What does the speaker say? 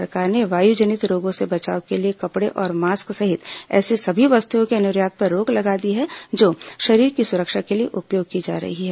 केन्द्र सरकार ने वायुजनित रोगों से बचाव के लिए कपड़े और मास्क सहित ऐसी सभी वस्तुओं के निर्यात पर रोक लगा दी है जो शरीर की सुरक्षा के लिए उपयोग की जा रही हैं